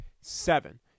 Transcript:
seven